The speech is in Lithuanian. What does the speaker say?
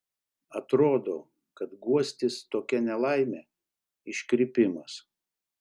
atrodo kad guostis tokia nelaime iškrypimas